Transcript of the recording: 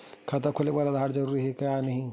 खाता खोले बार आधार जरूरी हो थे या नहीं?